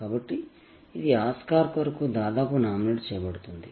కాబట్టి ఇది ఆస్కార్ కొరకు దాదాపు నామినేట్ చేయబడింది